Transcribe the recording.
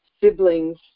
siblings